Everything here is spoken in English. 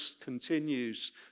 continues